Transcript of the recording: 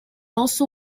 also